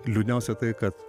liūdniausia tai kad